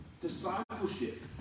discipleship